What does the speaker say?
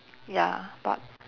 ya but